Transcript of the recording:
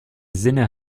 sinne